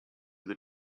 the